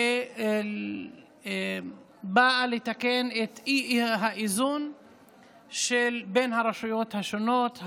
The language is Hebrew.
והיא באה לתקן את האי-איזון בין הרשויות השונות,